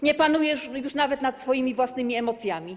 Nie panuje nawet nad swoimi własnymi emocjami.